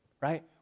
right